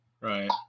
Right